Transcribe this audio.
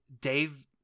Dave